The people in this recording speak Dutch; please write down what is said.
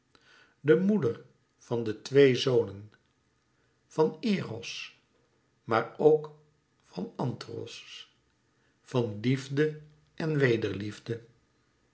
de moeder van de twee zonen van eros maar ook van anteros van liefde en